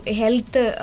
health